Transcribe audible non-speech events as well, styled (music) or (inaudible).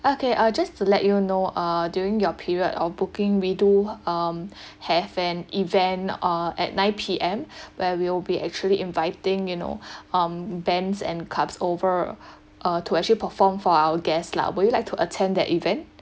okay uh just to let you know uh during your period of booking we do um (breath) have an event uh at nine P_M (breath) where we'll be actually inviting you know (breath) um bands and cubs over (breath) uh to actually perform for our guests lah would you like to attend that event